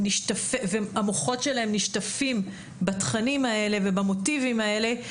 והמוחות שלהם נשטפים בתכנים האלה ובמוטיבים האלה.